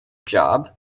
job